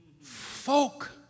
Folk